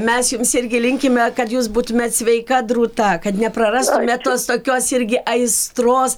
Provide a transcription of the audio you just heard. mes jums irgi linkime kad jūs būtumėt sveika drūta kad neprarastumėt tos tokios irgi aistros